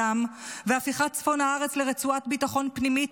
והפיכת צפון הארץ לרצועת ביטחון פנימית,